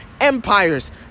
empires